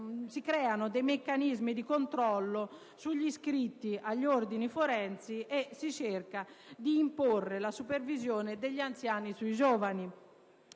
si creano meccanismi di controllo sugli iscritti agli ordini forensi e si cerca di imporre la supervisione degli anziani sui giovani.